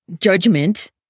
judgment